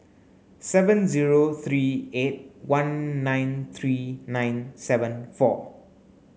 seven zero three eight one nine three nine seven four